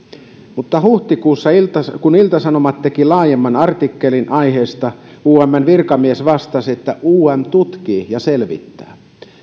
mutta huhtikuussa kun ilta sanomat teki laajemman artikkelin aiheesta umn virkamies vastasi että um tutkii ja selvittää